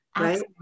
right